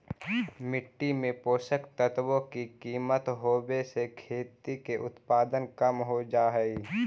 मिट्टी में पोषक तत्वों की कमी होवे से खेती में उत्पादन कम हो जा हई